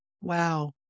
Wow